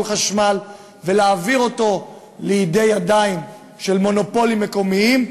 חשמל ולהעביר אותו לידיים של מונופולים מקומיים,